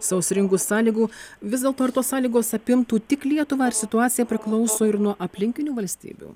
sausringų sąlygų vis dėlto ar tos sąlygos apimtų tik lietuvą ar situacija priklauso ir nuo aplinkinių valstybių